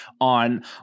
on